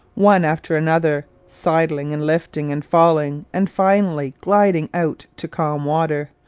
one after another, sidling and lifting and falling and finally gliding out to calm water,